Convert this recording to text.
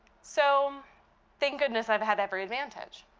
so thank goodness i've had every advantage.